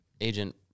agent